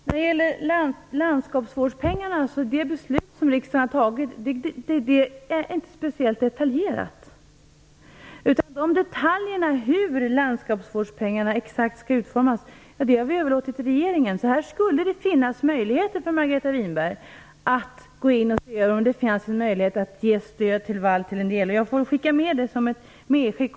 Fru talman! Det beslut som riksdagen har tagit om landskapsvårdspengarna är inte speciellt detaljerat. Detaljerna om landskapsvårdspengarnas exakta utformning har vi ju överlåtit på regeringen. Här skulle alltså Margareta Winberg kunna gå in och se om det finns en möjlighet att ge stöd till vall till en del. Det får väl bli ett medskick från mig.